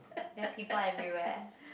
they've people everywhere